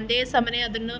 ಒಂದೇ ಸಮನೆ ಅದನ್ನು